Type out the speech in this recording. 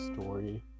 story